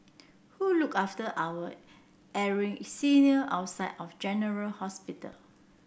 who look after our ailing senior outside of general hospital